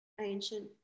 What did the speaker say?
ancient